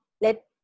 let